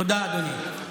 תודה, אדוני.